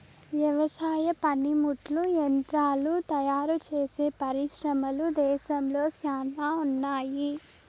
వ్యవసాయ పనిముట్లు యంత్రాలు తయారుచేసే పరిశ్రమలు దేశంలో శ్యానా ఉన్నాయి